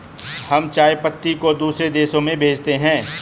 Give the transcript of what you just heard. हम चाय पत्ती को दूसरे देशों में भेजते हैं